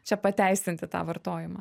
čia pateisinti tą vartojimą